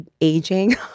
aging